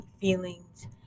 feelings